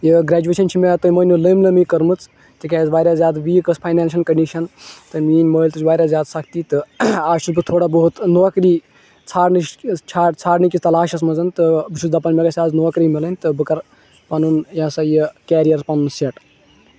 یہِ گَریجوِیشَن چھِ مےٚ تُہۍ مٲنِو لٔمۍ لٔمۍ کٔرمٕژ تِکیٛازِ وارِیاہ زیادٕ ویٖک ٲسۍ فَینانشَل کٔنٛڈِشَن تہٕ میٛٲنۍ مٲلۍ تُج وارِیاہ زیادٕ سَختی تہٕ اَز چھُس بہٕ تھوڑا بہت نوکری ژھانٛڈنٕچ ژھانٛڈنٕچ کِس تَلاشَس منٛز تہٕ بہٕ چھُس دَپان مےٚ گَژھ اَز نوکری میلٕنۍ تہٕ بہٕ کَرٕ پَنُن یا ہسا یہِ کیرِیَر پَنُن سیٚٹ